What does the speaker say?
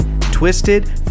twisted